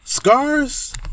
Scars